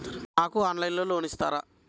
నాకు ఆన్లైన్లో లోన్ ఇస్తారా?